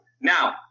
Now